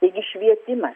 taigi švietimas